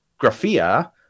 graphia